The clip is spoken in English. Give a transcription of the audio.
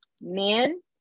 Men